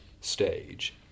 stage